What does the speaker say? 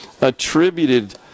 attributed